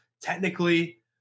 Technically